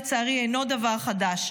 לצערי אינו דבר חדש.